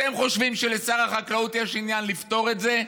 אתם חושבים שלשר החקלאות יש עניין לפתור את זה?